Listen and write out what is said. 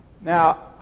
now